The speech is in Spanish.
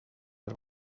las